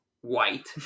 white